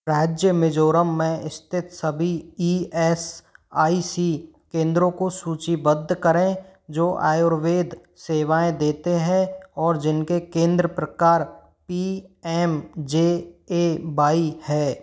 राज्य मिज़ोरम में स्थित सभी ईएसआईसी केंद्रों को सूचीबद्ध करें जो आयुर्वेद सेवाएँ देते हैं और जिनके केंद्र प्रकार पीएमजेएबाई हैं